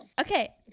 Okay